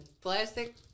plastic